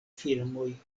filmoj